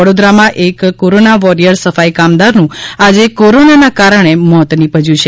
વડોદરામાં એક corona warrior સફાઇ કામદારનું આજે કોરોનાના કારણે મોત નીપશ્ચું છે